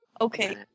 Okay